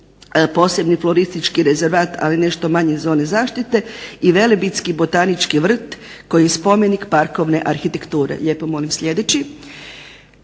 posebni floristički rezervat ali nešto manje zone zaštite i Velebitski botanički vrt koji je spomenik parkovne arhitekture. Ovdje imamo